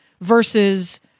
versus